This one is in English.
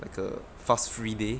like a fuss free day